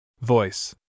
Voice